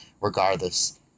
regardless